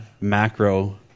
macro